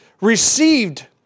received